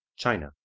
China